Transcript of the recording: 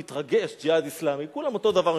מתרגש, "הג'יהאד האסלאמי", כולם אותו דבר מבחינתי.